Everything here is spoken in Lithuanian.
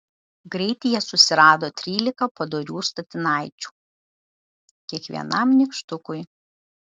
greit jie susirado trylika padorių statinaičių kiekvienam nykštukui